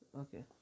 Okay